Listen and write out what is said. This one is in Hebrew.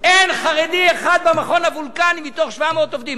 במכון וולקני אין חרדי אחד מתוך 700 עובדים.